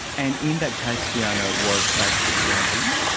and in that case, fiona, was facebook dragged in?